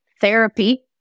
therapy